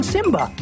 Simba